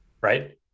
right